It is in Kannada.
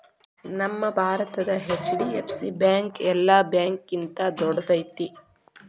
ನಮ್ಮ ಭಾರತದ ಹೆಚ್.ಡಿ.ಎಫ್.ಸಿ ಬ್ಯಾಂಕ್ ಯೆಲ್ಲಾ ಬ್ಯಾಂಕ್ಗಿಂತಾ ದೊಡ್ದೈತಿ